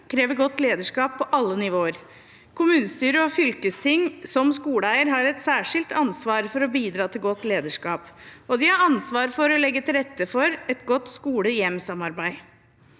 krever godt lederskap på alle nivåer. Kommunestyret og fylkestinget som skoleeier har et særskilt ansvar for å bidra til godt lederskap, og de har ansvaret for å legge til rette for et godt skole–hjem-samarbeid.